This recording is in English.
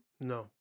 No